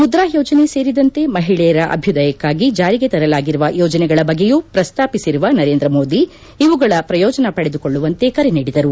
ಮುದ್ರಾ ಯೋಜನೆ ಸೇರಿದಂತೆ ಮಹಿಳೆಯರ ಅಭ್ಜುದಯಕ್ಕಾಗಿ ಜಾರಿಗೆ ತರಲಾಗಿರುವ ಯೋಜನೆಗಳ ಬಗೆಯೂ ಪ್ರಸ್ತಾಪಿಸಿರುವ ನರೇಂದ್ರ ಮೋದಿ ಇವುಗಳ ಪ್ರಯೋಜನ ಪಡೆದುಕೊಳ್ಳುವಂತೆ ಕರೆ ನೀಡಿದರು